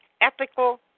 Ethical